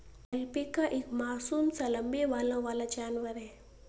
alpaca एक मासूम सा लम्बे बालों वाला जानवर है